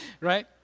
Right